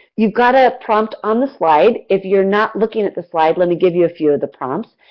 you've got a prompt on the slide. if you are not looking at the slide, let me give you a few of the prompts.